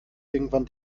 irgendwann